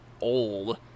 old